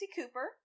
Cooper